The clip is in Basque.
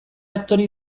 aktore